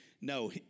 no